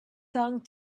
song